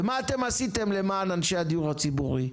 ומה אתם עשיתם למען אנשי הדיור הציבורי?